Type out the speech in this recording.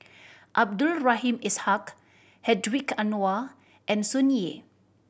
Abdul Rahim Ishak Hedwig Anuar and Sun Yee